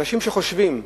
אנשים שחושבים,